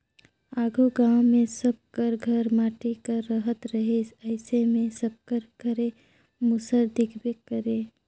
आघु गाँव मे सब कर घर माटी कर रहत रहिस अइसे मे सबकर घरे मूसर दिखबे करे